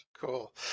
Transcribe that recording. Cool